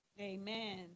Amen